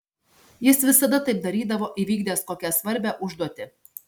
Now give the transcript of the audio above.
jis visada taip darydavo įvykdęs kokią svarbią užduotį